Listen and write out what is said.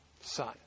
son